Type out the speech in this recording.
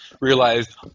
realized